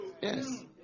Yes